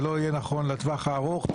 לא בטווח הארוך,